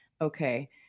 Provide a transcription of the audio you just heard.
okay